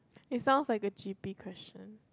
it sounds like a cheapy question